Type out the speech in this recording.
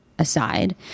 aside